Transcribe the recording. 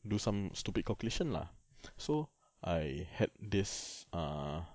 do some stupid calculation lah so I had this ah